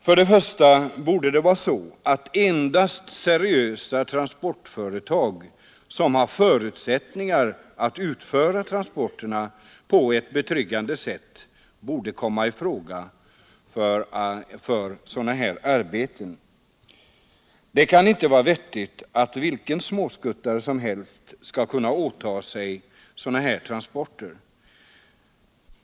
Först och främst borde endast seriösa transportföretag, som har förutsättningar att utföra transporterna på ett betryggande sätt, komma i fråga för arbeten av detta slag. Det kan inte vara vettigt att vilken småskuttare som helst kan åta sig sådana transporter.